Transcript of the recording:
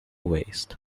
waist